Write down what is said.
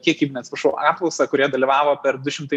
kiekybinę atsiprašau apklausą kurioje dalyvavo per du šimtai